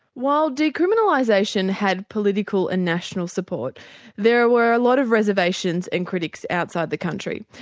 while decriminalisation had political and national support there were a lot of reservations and critics outside the country.